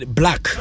black